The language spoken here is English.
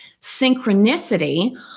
Synchronicity